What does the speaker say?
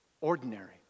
ordinary